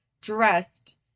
dressed